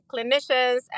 clinicians